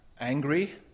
angry